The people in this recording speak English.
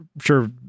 sure